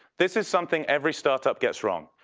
this is something every startup gets wrong.